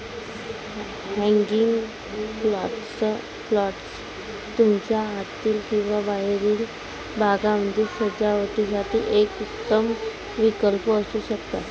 hanging planters तुमच्या आतील किंवा बाहेरील भागामध्ये सजावटीसाठी एक उत्तम विकल्प असू शकतात